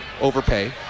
overpay